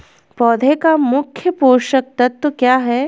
पौधें का मुख्य पोषक तत्व क्या है?